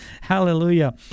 Hallelujah